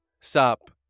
stop